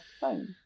phone